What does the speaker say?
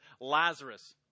Lazarus